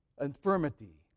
infirmity